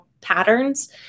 patterns